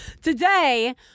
Today